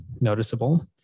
noticeable